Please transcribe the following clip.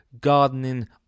gardening